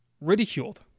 ridiculed